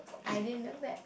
I didn't know that